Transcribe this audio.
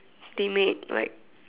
they made like